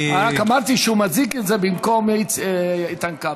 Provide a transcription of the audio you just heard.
רק אמרתי שהוא מציג את זה במקום איתן כבל.